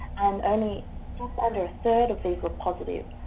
and only just under a third of these were positive.